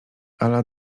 ala